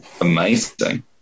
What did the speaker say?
amazing